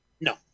No